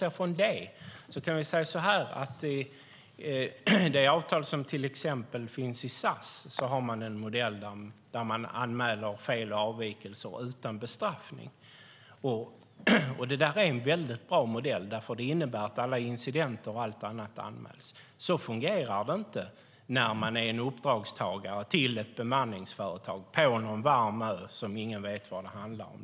Enligt SAS avtal har man rätt att anmäla fel och avvikelser utan bestraffning. Det är en bra modell, för det innebär att alla incidenter och annat anmäls. Så fungerar det inte när man är en uppdragstagare åt ett bemanningsföretag på någon varm ö där ingen vet vad det handlar om.